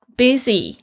busy